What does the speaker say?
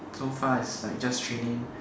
so far is like just training